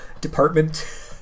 Department